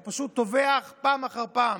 הוא פשוט טובח פעם אחר פעם.